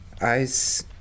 Ice